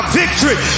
victory